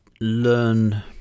learn